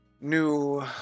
new